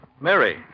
Mary